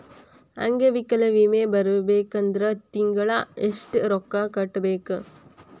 ಅಂಗ್ವೈಕಲ್ಯ ವಿಮೆ ಬರ್ಬೇಕಂದ್ರ ತಿಂಗ್ಳಾ ಯೆಷ್ಟ್ ರೊಕ್ಕಾ ಕಟ್ಟ್ಬೇಕ್?